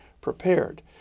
prepared